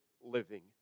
living